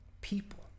people